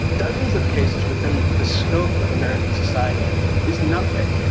dozens of cases within the scope of american society is nothing.